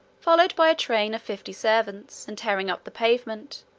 followed by a train of fifty servants, and tearing up the pavement,